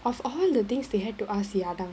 of all the things they had to ask yardang